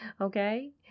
Okay